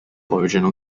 original